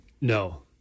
No